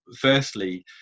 Firstly